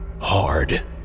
hard